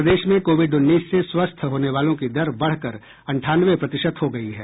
प्रदेश में कोविड उन्नीस से स्वस्थ होने वालों की दर बढ़कर अंठानवे प्रतिशत हो गई है